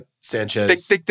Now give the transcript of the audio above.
Sanchez